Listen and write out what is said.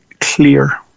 clear